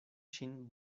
ŝin